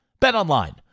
Betonline